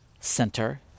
center